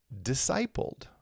discipled